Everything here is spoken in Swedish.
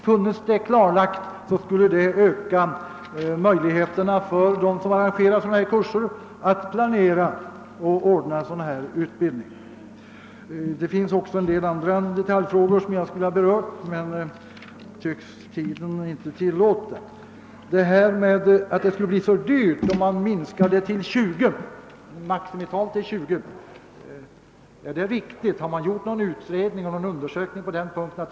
Funnes detta klarlagt skulle detta öka möjligheterna för dem som arrangerar sådana här kurser att planera utbildningen. Tiden tycks inte tillåta att jag berör flera detaljfrågor, men jag vill ställa en fråga ang. delning av kurser i den kommunala vuxenutbildningen. Statsrådet Moberg påstår att det skulle kosta åtskilliga miljoner om man sänkte det deltagarantal, vid vilket delning av »klass» får ske, till 20. Har man gjort någon undersökning som visar kostnaderna för en sådan reform.